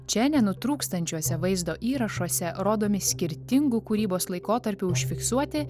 čia nenutrūkstančiuose vaizdo įrašuose rodomi skirtingų kūrybos laikotarpių užfiksuoti